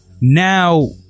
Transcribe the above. now